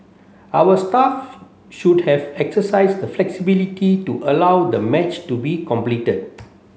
our staff should have exercised the flexibility to allow the match to be completed